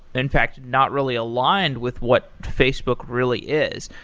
in fact, not really aligned with what facebook really is.